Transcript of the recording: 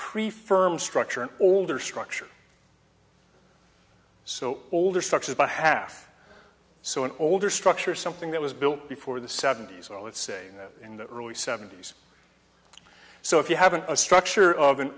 prefer my structure an alder structure so older structures by half so an older structure something that was built before the seventy's or let's say in the early seventy's so if you haven't a structure of an